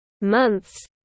months